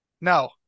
No